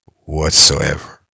whatsoever